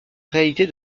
réalité